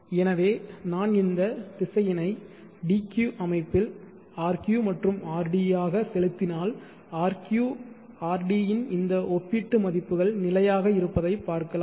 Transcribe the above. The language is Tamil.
எனவே நான் இந்த திசையனை dq அமைப்பில் rq மற்றும் rd ஆக செலுத்தினால் rq rd இன் இந்த ஒப்பீட்டு மதிப்புகள் நிலையாக இருப்பதைப் பார்க்கலாம்